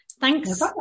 Thanks